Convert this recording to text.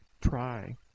try